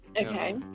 Okay